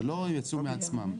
זה לא יצאו מעצמם.